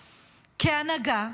כהנהגה,